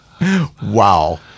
Wow